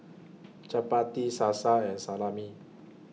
Chapati Salsa and Salami